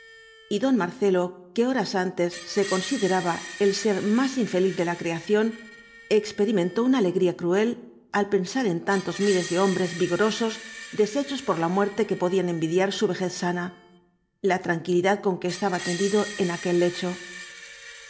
y don marcelo que horas antes se consideraba el ser más infeliz de la creación experimentó una alegría cruel al pensar en tantos miles de hombres vigorosos deshechos por la muerte que podían envidiar su vejez sana la tranquilidad con que estaba tendido en aquel lecho